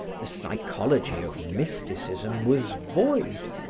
the psychology of mysticism was void.